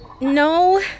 No